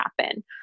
happen